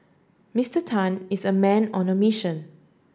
Mister Tan is a man on the mission